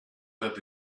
that